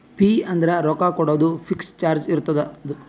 fee ಅಂದುರ್ ರೊಕ್ಕಾ ಕೊಡೋದು ಫಿಕ್ಸ್ ಚಾರ್ಜ್ ಇರ್ತುದ್ ಅದು